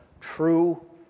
true